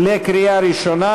לקריאה ראשונה,